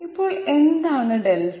ഇപ്പോൾ എന്താണ് δ